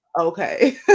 okay